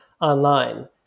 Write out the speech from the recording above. online